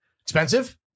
Expensive